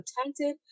attempted